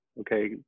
Okay